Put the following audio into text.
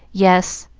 yes,